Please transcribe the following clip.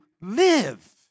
live